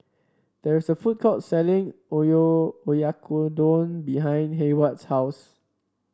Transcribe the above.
there is a food court selling Oyakodon behind Heyward's house